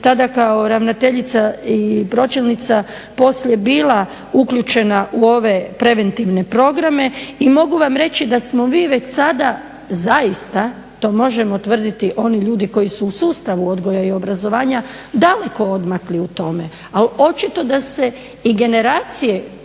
tada kao ravnateljica i pročelnica poslije bila uključena u ove preventivne programe i mogu vam reći da smo mi već sada zaista, to možemo tvrditi, oni ljudi koji su u sustavu odgoja i obrazovanja, daleko odmakli u tome. Ali očito da se i generacije